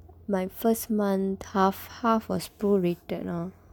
my first month half half was prorated know